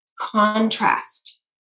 contrast